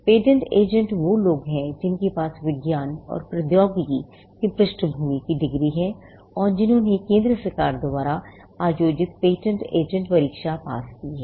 patent agent वे लोग हैं जिनके पास विज्ञान और प्रौद्योगिकी की पृष्ठभूमि की डिग्री है और जिन्होंने केंद्र सरकार द्वारा आयोजित पेटेंट एजेंट परीक्षा पास की है